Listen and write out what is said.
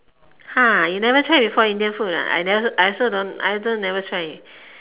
you never try before Indian food I never I also I also never try